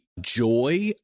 joy